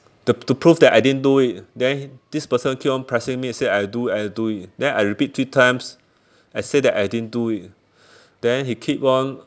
the the proof that I didn't do it then this person keep on pressing me say I do I do it then I repeat three times I say that I didn't do it then he keep on